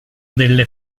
delle